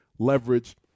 leverage